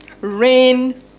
rain